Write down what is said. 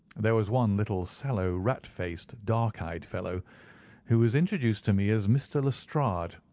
there was one little sallow rat-faced, dark-eyed fellow who was introduced to me as mr. lestrade,